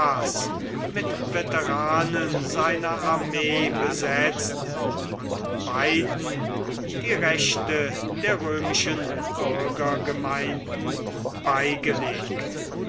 mit veteranen seiner armee besetzt und beiden die rechte der römischen bürgergemeinden beigelegt